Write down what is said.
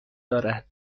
دارد